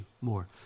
more